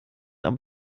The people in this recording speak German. aber